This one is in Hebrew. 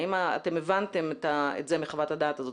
האם אתם הבנתם את זה מחוות הדעת הזאת?